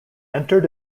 entered